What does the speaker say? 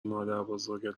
مادربزرگت